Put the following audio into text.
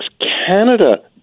Canada